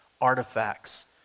artifacts